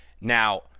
Now